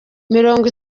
mirongo